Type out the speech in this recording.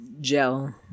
gel